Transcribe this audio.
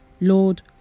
Lord